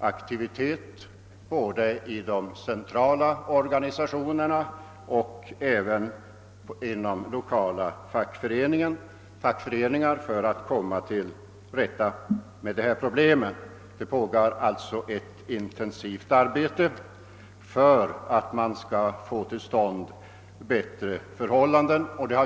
aktivitet både i de centrala organisationerna och inom lokala fackföreningar för att komma till rätta med detta problem. Ett intensivt arbete pågår alltså för att man skall få bättre förhållanden till stånd.